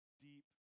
deep